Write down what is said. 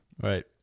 right